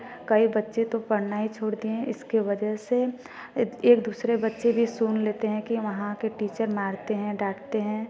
कई बच्चे तो पढ़ना ही छोड़ दिए हैं इसके वजह से इत एक दूसरे बच्चे भी सुन लेते हैं कि वहाँ के टीचर मारते हैं डाँटते हैं